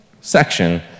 section